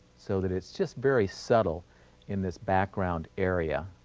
so that it's just very subtle in this background area,